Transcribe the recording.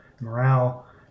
morale